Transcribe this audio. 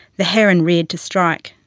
the heron reared to strike.